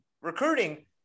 recruiting